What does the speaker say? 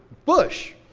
bush!